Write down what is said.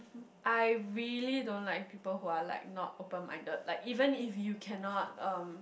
I really don't like people who are like not open minded like even if you cannot um